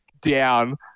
down